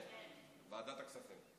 כן, ועדת הכספים.